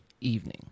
evening